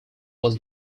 was